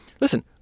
Listen